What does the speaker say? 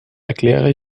erkläre